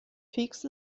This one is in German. fegst